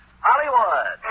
Hollywood